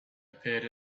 appeared